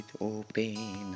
open